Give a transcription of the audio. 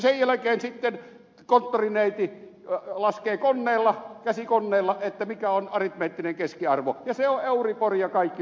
sen jälkeen sitten konttorineiti laskee käsikonneella mikä on aritmeettinen keskiarvo ja se on euribori ja kaikki noudattakoot sitä